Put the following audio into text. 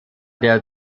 der